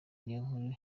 niyonkuru